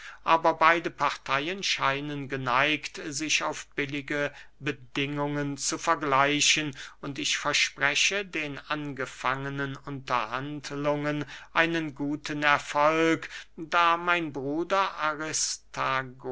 aber beide parteyen scheinen geneigt sich auf billige bedingungen zu vergleichen und ich verspreche den angefangenen unterhandlungen einen guten erfolg da mein bruder